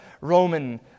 Roman